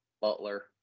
Butler